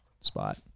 spot